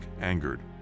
angered